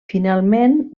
finalment